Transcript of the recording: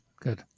Good